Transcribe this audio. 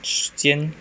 时间